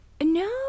No